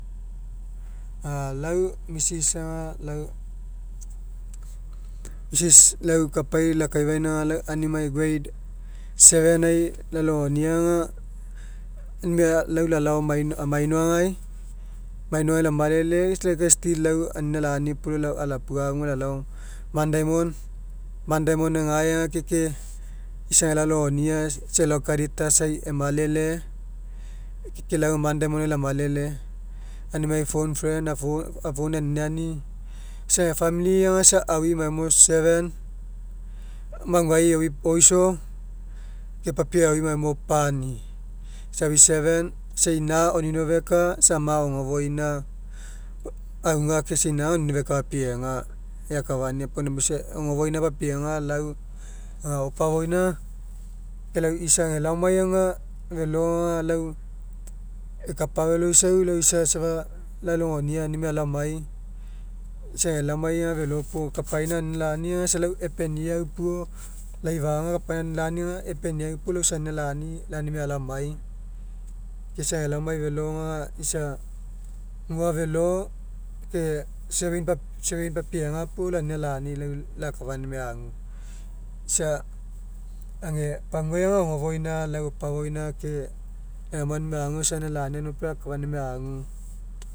A lau mrs aga lau mrs lau kapai lakaifaina aga lau aunimai grade 7 ai lalogonia aga lalao maino mainohana'i, mainohana'i lamalele ke isa still lau anina lani puo mo alapuafuga lau lalao mt. Diamond, mt. Diamond gae aga ke isa gae lalogonia isa elao gae charitas ai emalele ke lau mt. Diamond ai lamalele aunimai phone freind phone'ai aniniani. Isa ega famili aga isa aui maomo seven, maguai aui mao oiso ke papiei aui mao pani isa aui seven isa ina oninofeka isa ama ogofoina auga ke isa ina aga oninofeka papiega eakafania puo namo isa ogofoina papiega lau aga opofoina. Ke lau isa age laomai felo aga lau ekapafeloisau lau isa safa lalogonia aunimai alao amai isa ega laomai aga felo puo kapaina anina lani aga isa lau epeniau puo laifa kapaina anina lani aga epeniau puo isa anina lani isa aunimai alao amai ke isa age laomai felo aga isa gua felo ke sharing papiega puo anina lani lakafania aunimai ague isa age pagua aga ogofoina lau opofoina ke emai aunimai agu aga isa anina lani alogaina puo lakafania aunimai agu.